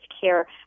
care